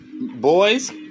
boys